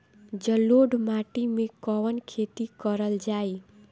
जलोढ़ माटी में कवन खेती करल जाई?